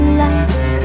light